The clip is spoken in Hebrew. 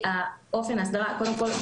צהרים טובים,